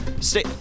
stay